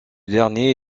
dernier